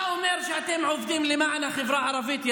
אתה אומר שאתם עובדים למען החברה הערבית.